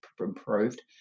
improved